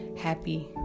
happy